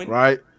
right